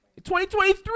2023